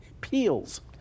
peels